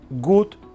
good